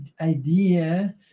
idea